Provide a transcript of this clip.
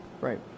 Right